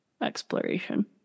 exploration